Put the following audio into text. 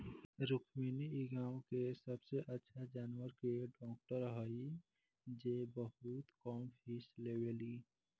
रुक्मिणी इ गाँव के सबसे अच्छा जानवर के डॉक्टर हई जे बहुत कम फीस लेवेली